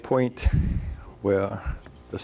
point where the